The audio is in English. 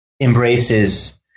embraces